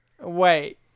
Wait